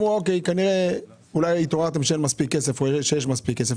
אמרו כנראה שהתעוררתם כשאין מספיק כסף או כשיש מספיק כסף,